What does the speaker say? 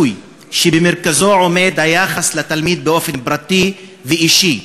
שבמרכזו עומד היחס לתלמיד באופן פרטי ואישי,